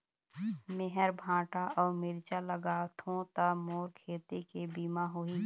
मेहर भांटा अऊ मिरचा लगाथो का मोर खेती के बीमा होही?